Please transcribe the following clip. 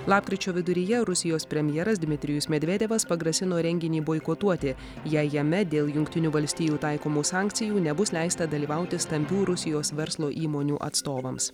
lapkričio viduryje rusijos premjeras dmitrijus medvedevas pagrasino renginį boikotuoti jei jame dėl jungtinių valstijų taikomų sankcijų nebus leista dalyvauti stambių rusijos verslo įmonių atstovams